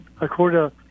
according